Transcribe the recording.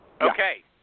Okay